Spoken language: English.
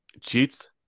cheats